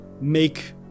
make